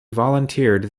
volunteered